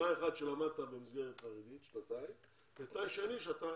תנאי אחד שלמדת במסגרת חרדית במשך שנתיים והתנאי השני שאתה